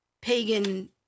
pagan